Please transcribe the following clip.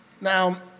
Now